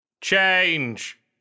Change